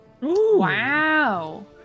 Wow